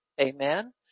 Amen